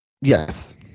Yes